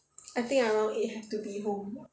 I think I around eight have to be home I